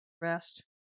rest